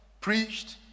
preached